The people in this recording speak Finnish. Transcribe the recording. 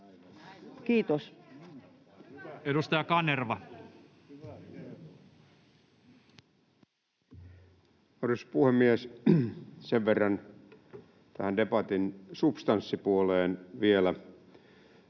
Time: 16:01 Content: Arvoisa puhemies! Sen verran tähän debatin substanssipuoleen vielä: